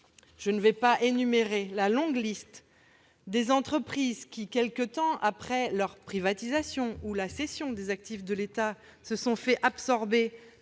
Je n'énumérerai pas la longue liste des entreprises qui, quelque temps après leur privatisation ou la cession des actifs de l'État, se sont fait absorber